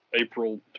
April